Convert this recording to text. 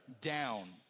down